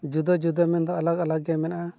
ᱡᱩᱫᱟᱹ ᱡᱩᱫᱟᱹ ᱢᱮᱱᱫᱚ ᱟᱞᱟᱜᱽ ᱟᱞᱟᱜᱽ ᱜᱮ ᱢᱮᱱᱟᱜᱼᱟ